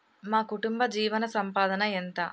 మా కుటుంబ జీవన సంపాదన ఎంత?